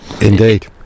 indeed